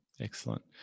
excellent